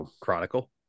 chronicle